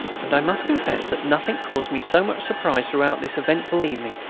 and i must confess that nothing caused me so much surprise throughout this eventful evening.